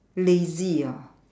lazy ah